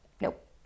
Nope